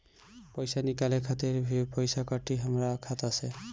पईसा निकाले खातिर भी पईसा कटी हमरा खाता से?